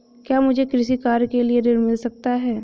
क्या मुझे कृषि कार्य के लिए ऋण मिल सकता है?